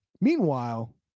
meanwhile